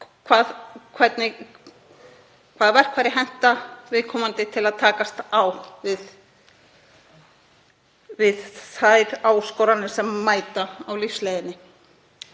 hvaða verkfæri henta viðkomandi til að takast á við þær áskoranir sem mæta honum á lífsleiðinni.